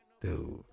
Dude